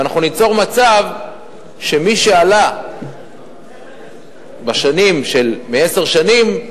ואנחנו ניצור מצב שמי שעלה לפני יותר מעשר שנים,